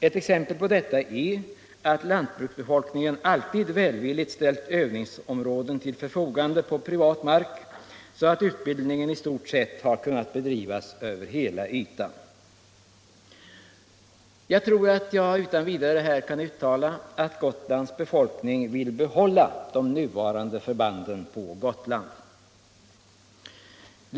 Ett exempel på det är att lantbruksbefolkningen alltid välvilligt ställt övningsområden på privat mark till förfogande, så att utbildningen i stort sett har kunnat bedrivas över hela ytan. Jag tror att jag utan vidare kan påstå att Gotlands befolkning vill behålla de nuvarande förbanden på Gotland.